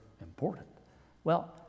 important—well